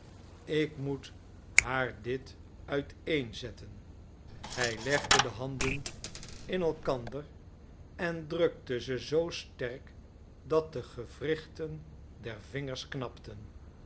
ik moet haar dit uiteen zetten hij legde de handen in elkander en drukte ze zoo sterk dat de gewrichten der vingers knapten